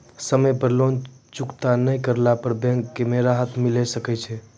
समय पर लोन चुकता नैय करला पर बैंक से राहत मिले सकय छै?